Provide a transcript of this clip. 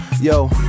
Yo